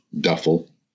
duffel